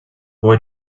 boy